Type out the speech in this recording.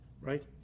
right